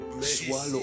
swallow